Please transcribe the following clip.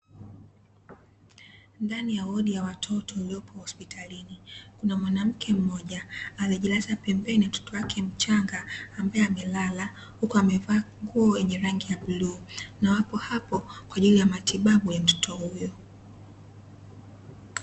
Ndani ya wodi ya watoto iliyopo hospitalini, kuna mwanamke mmoja aliyejilaza pembeni ya mtoto wake mchanga ambaye amelala, huku amevaa nguo yenye rangi ya bluu, na wapo hapo kwa ajili ya matibabu ya mtoto huyo.